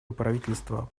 правительство